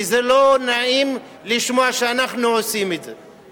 כי לא נעים לשמוע שאנחנו עושים את זה,